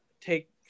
take